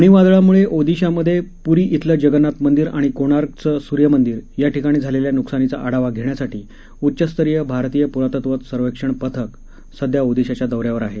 फणी वादळामूळे ओदिशामध्ये पूरी धिलं जगन्नाथ मंदिर आणि कोणार्कचं सूर्यमंदिर याठिकाणी झालेल्या नुकसानीचा आढावा घेण्यासाठी उच्चस्तरीय भारतीय पुरातत्व सर्वेक्षण पथक सध्या ओदिशाच्या दौऱ्यावर आहे